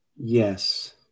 Yes